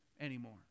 anymore